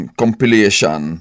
compilation